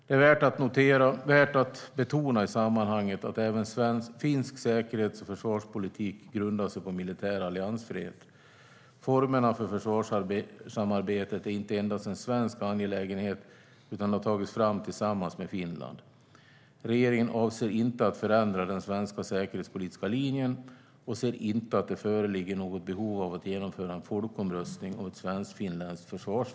Det är värt att betona i sammanhanget att även finsk säkerhets och försvarspolitik grundar sig på militär alliansfrihet. Formerna för försvarssamarbetet är inte endast en svensk angelägenhet utan har tagits fram tillsammans med Finland. Regeringen avser inte att förändra den svenska säkerhetspolitiska linjen och anser inte att det föreligger något behov av att genomföra en folkomröstning om ett svensk-finländskt försvarsförbund.